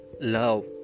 love